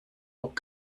bock